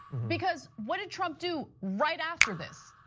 because what did trump do right after this?